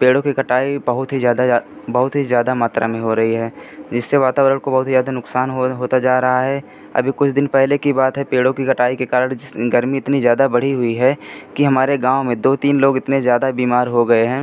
पेड़ों की कटाई बहुत ही ज़्यादा बहुत ही ज़्यादा मात्रा में हो रही है जिससे वातावरण को बहुत ही ज़्यादा नुक़सान हो होता जा रहा है अभी कुछ दिन पहले की बात है पेड़ों की कटाई के कारण गर्मी इतनी ज़्यादा बढ़ी हुई है कि हमारे गाँव में दो तीन लोग इतने ज़्यादा बीमार हो गए हैं